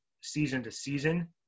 season-to-season